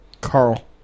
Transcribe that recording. Carl